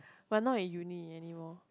but not in uni anymore